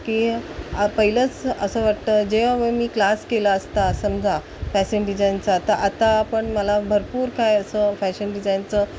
की आ पहिलंच असं वाटतं जेव्हा वं मी क्लास केला असता समजा फॅशन डिझाईनचा तर आता पण मला भरपूर काय असं फॅशन डिझायनचं